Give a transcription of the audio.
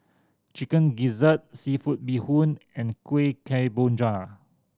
Chicken Gizzard seafood bee hoon and Kueh Kemboja